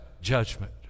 judgment